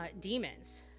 demons